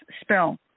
spell